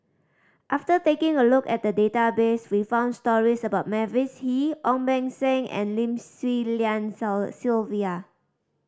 after taking a look at the database we found stories about Mavis Hee Ong Beng Seng and Lim Swee Lian Sylvia